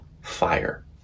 fire